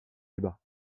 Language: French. débats